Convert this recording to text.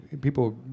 people